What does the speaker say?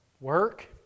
work